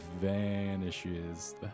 vanishes